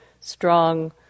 strong